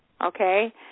Okay